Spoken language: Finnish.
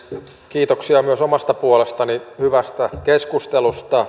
kiitoksia myös omasta puolestani hyvästä keskustelusta